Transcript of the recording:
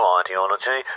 ideology